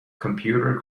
computer